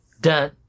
Dun